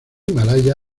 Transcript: himalaya